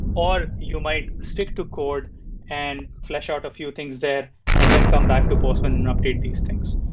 or you might stick to code and flesh-out a few things there and then come back to postman and update these things.